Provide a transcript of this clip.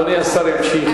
אדוני השר ימשיך.